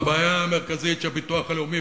הבעיה המרכזית של הביטוח הלאומי,